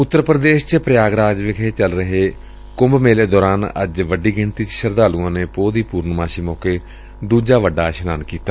ਉਤਰ ਪ੍ਰਦੇਸ਼ ਚ ਪ੍ਰਯਾਗਰਾਜ ਵਿਖੇ ਚੱਲ ਰਹੇ ਕੁੰਭ ਮੇਲੇ ਦੌਰਾਨ ਅੱਜ ਵੱਡੀ ਗਿਣਤੀ ਚ ਸ਼ਰਧਾਲੁਆਂ ਨੇ ਪੋਹ ਦੀ ਪੁਰਨਮਾਸੀ ਮੌਕੇ ਦੂਜਾ ਵੱਡਾ ਇਸ਼ਨਾਨ ਕੀਤਾ